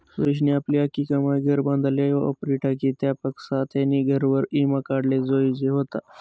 सुरेशनी आपली आख्खी कमाई घर बांधाले वापरी टाकी, त्यानापक्सा त्यानी घरवर ईमा काढाले जोयजे व्हता